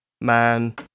man